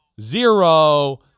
zero